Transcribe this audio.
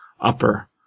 upper